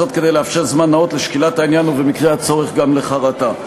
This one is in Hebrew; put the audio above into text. כדי לאפשר זמן נאות לשקילת העניין ובמקרה הצורך גם לחרטה.